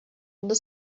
under